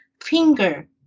finger